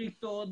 בריתות,